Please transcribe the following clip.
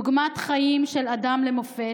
דוגמת חיים של האדם למופת,